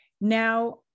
Now